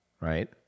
Right